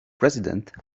president